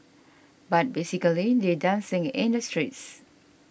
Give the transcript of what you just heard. but basically they're dancing in the streets